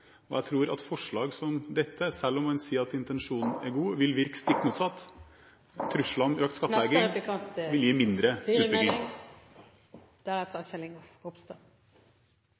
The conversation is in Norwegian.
forutsigbarheten. Jeg tror at forslag som dette, selv om man sier at intensjonen er god, vil virke stikk motsatt. Truslene om økt skattlegging vil gi mindre